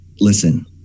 listen